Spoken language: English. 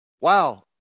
Wow